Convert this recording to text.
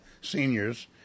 seniors